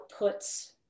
outputs